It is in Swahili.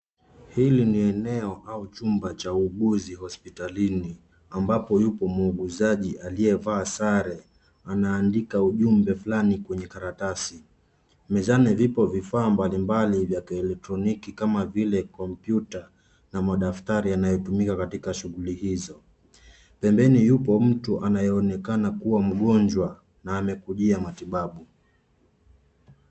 Hili ni eneo au chumba cha uuguzi hospitalini, ambapo yupo muuguzaji aliyevaa sare anaandika ujumbe fulani kwenye karatasi. Mezani vipo vifaa mbalimbali vya kieletroniki kama vile kompyuta na madaftari yanayotumika katika shughuli hizo. Pembeni yupo mtu anayeonekana kuwa mgonjwa na amekujia matibabu.